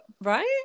Right